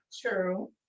True